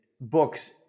books